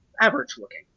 average-looking